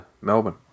melbourne